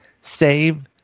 save